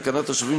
תקנת השבים,